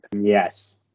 Yes